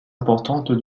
importante